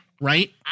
Right